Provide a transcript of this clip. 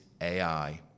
AI